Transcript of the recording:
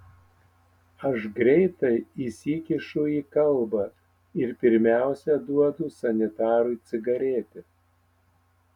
aš greitai įsikišu į kalbą ir pirmiausia duodu sanitarui cigaretę